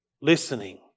listening